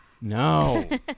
No